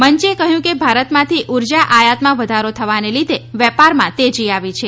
મંચે કહ્યું કે ભારતમાંથી ઉર્જા આયાતમાં વધારો થવાને લીધે વેપારમાં તેજી આવી છે